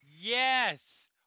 Yes